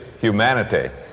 humanity